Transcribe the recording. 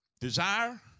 Desire